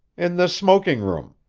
in the smoking room.